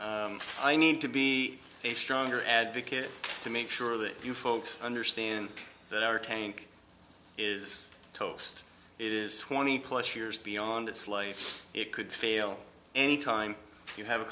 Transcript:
i need to be a stronger advocate to make sure that you folks understand that our tank is toast is twenty plus years beyond its life it could fail any time you have a